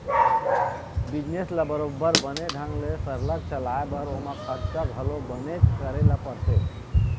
business ल बरोबर बने ढंग ले सरलग चलाय बर ओमा खरचा घलो बनेच करे ल परथे